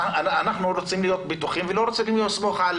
אנחנו רוצים להיות בטוחים ולא רוצים לסמוך.